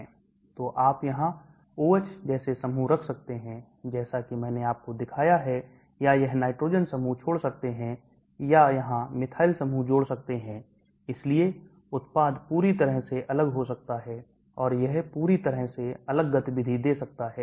तो आप यहां OH जैसे समूह रख सकते हैं जैसा कि मैंने आपको दिखाया है या यह नाइट्रोजन समूह छोड़ सकते हैं या यहां methyl समूह छोड़ सकते हैं इसलिए उत्पाद पूरी तरह से अलग हो सकता है और यह पूरी तरह से अलग गतिविधि दे सकता है